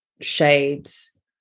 shades